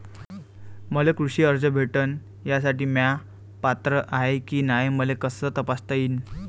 मले कृषी कर्ज भेटन यासाठी म्या पात्र हाय की नाय मले कस तपासता येईन?